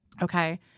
Okay